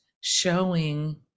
showing